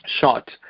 shot